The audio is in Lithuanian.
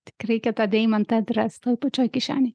tik reikia tą deimantą atrast toj pačioj kišenėj